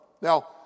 Now